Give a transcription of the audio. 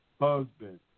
husband